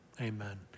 amen